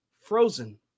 frozen